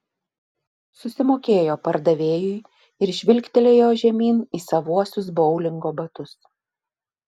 susimokėjo pardavėjui ir žvilgtelėjo žemyn į savuosius boulingo batus